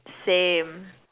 same